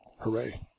hooray